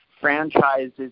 franchises